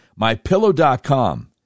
MyPillow.com